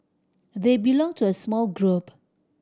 they belong to a small group